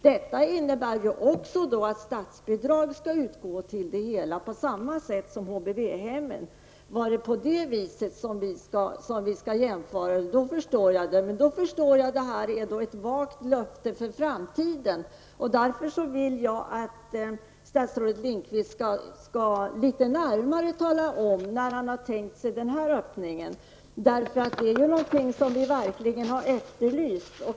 Detta innebär att statsbidrag skall utgå på samma sätt som när det gäller HVB-hemmen. Om det är sådana jämförelser som skall göras, förstår jag att det här finns ett vagt löfte för framtiden. Därför vill jag att statsrådet Lindqvist ger litet närmare detaljer om när har tänker sig en öppning här. Det är ju någonting som vi verkligen har efterlyst.